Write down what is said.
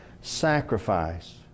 sacrifice